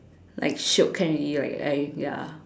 like shiok can already like I ya